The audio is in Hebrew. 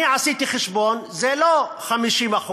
אני עשיתי חשבון: זה לא 50%,